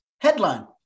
headline